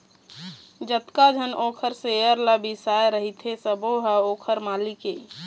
जतका झन ओखर सेयर ल बिसाए रहिथे सबो ह ओखर मालिक ये